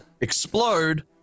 explode